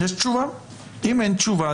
אם אין תשובה,